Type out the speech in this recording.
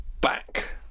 back